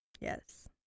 Yes